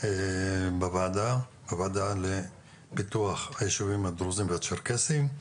בוועדה לפיתוח היישובים הדרוזים והצ'רקסים.